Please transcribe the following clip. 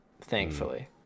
thankfully